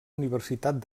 universitat